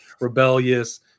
rebellious